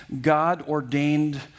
god-ordained